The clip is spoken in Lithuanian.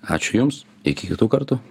ačiū jums iki kitų kartų